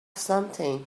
something